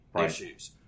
issues